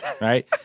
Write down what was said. right